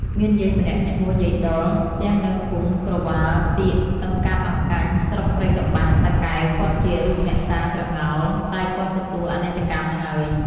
មានយាយម្នាក់ឈ្មោះយាយដុល ផ្ទះនៅភូមិក្រវ៉ាលទាក សង្កាត់អង្កាញ់ ស្រុកព្រៃកប្បាស (តាកែវ) គាត់ជា រូបអ្នកតាត្រងោល តែគាត់ទទួលអនិច្ចកម្មហើយ ។